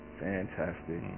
Fantastic